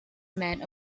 men